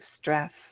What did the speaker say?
stress